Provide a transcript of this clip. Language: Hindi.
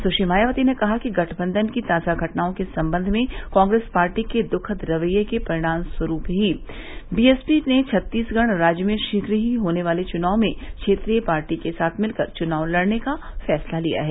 सुश्री मायावती ने कहा कि गठबंधन की ताजा घटनाओं के संबंध में कांग्रेस पार्टी के दुखद रवैये के परिणम स्वरूप ही बीएसपी ने छत्तीसगढ़ राज्य में शीघ्र ही होने वाले चुनाव में क्षेत्रीय पार्टी के साथ मिलकर चुनाव लड़ने का फैसला लिया है